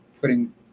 putting